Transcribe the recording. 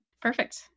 perfect